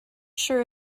sure